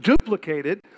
duplicated